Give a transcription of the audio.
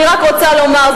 אני רק רוצה לומר,